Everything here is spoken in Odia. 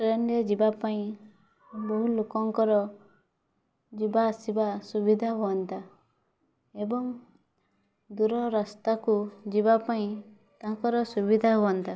ଟ୍ରେନ୍ରେ ଯିବାପାଇଁ ବହୁ ଲୋକଙ୍କର ଯିବା ଆସିବା ସୁବିଧା ହୁଅନ୍ତା ଏବଂ ଦୂର ରାସ୍ତାକୁ ଯିବା ପାଇଁ ତାଙ୍କର ସୁବିଧା ହୁଅନ୍ତା